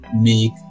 make